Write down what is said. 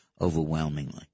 overwhelmingly